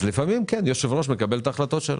אז לפעמים היושב-ראש מקבל את ההחלטות שלו.